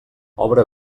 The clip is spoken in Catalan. obra